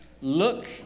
look